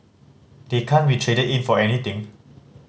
they can't be traded in for anything